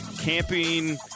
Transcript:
camping